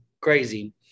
Crazy